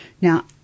Now